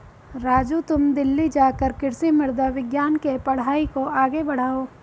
राजू तुम दिल्ली जाकर कृषि मृदा विज्ञान के पढ़ाई को आगे बढ़ाओ